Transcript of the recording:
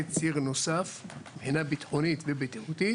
ציר נוסף מבחינה ביטחונית ובטיחותית